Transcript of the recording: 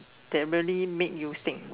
that really made you sing